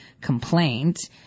complaint